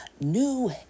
new